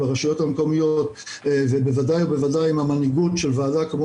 ברשויות המקומיות ובוודאי ובוודאי עם המנהיגות של ועדה כמו